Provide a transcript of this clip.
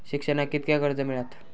शिक्षणाक कीतक्या कर्ज मिलात?